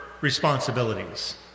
responsibilities